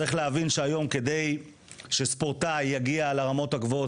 צריך להבין שהיום כדי שספורטאי יגיע לרמות הגבוהות,